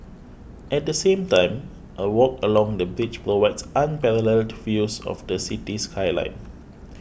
at the same time a walk along the bridge provides unparalleled views of the city skyline